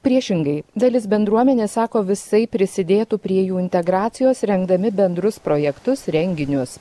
priešingai dalis bendruomenės sako visaip prisidėtų prie jų integracijos rengdami bendrus projektus renginius